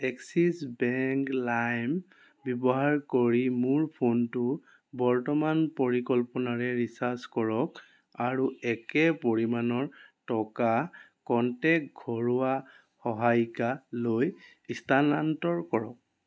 axis bank লাইম ব্যৱহাৰ কৰি মোৰ ফোনটো বৰ্তমান পৰিকল্পনাৰে ৰিচাৰ্জ কৰক আৰু একে পৰিমাণৰ টকা কনটেক্ট ঘৰুৱা সহায়িকালৈ স্থানান্তৰ কৰক